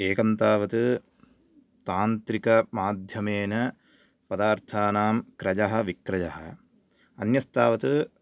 एकं तावत् तान्त्रिकमाध्यमेन पदार्थानां क्रयः विक्रयः अन्यस् तावत